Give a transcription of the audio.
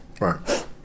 Right